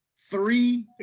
three